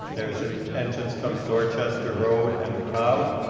there's an entrance from dorchester road and mcleod,